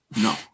No